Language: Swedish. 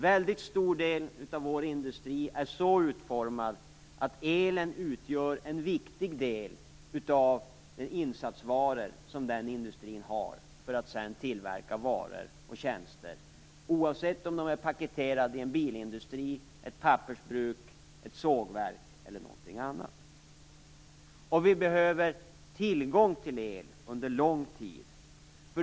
Väldigt stor del av vår industri är så utformad att elen utgör en viktig del av de insatsvaror som den industrin har för att tillverka varor och tjänster - oavsett om de är paketerade i en bilindustri, ett pappersbruk, ett sågverk eller någonting annat. Vi behöver tillgång på el under lång tid.